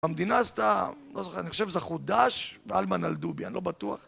המדינה עשתה, לא זוכר, אני חושב שזה חודש והלמן אלדובי, אני לא בטוח